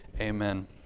Amen